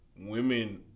women